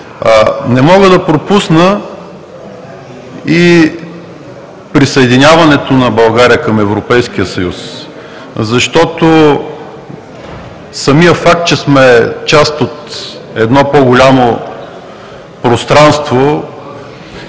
Не мога да пропусна и присъединяването на България към Европейския съюз, защото самият факт, че сме част от едно по-голямо пространство